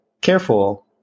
careful